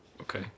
Okay